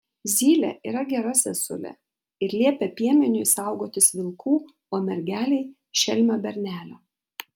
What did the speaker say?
zylė yra gera sesulė ir liepia piemeniui saugotis vilkų o mergelei šelmio bernelio